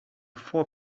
four